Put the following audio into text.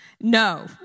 no